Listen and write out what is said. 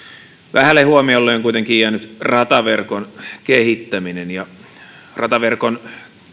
vähälle huomiolle on kuitenkin jäänyt rataverkon kehittäminen rataverkon